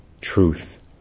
truth